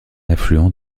affluent